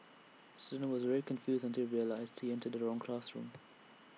student was very confused until he realised he entered the wrong classroom